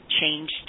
changed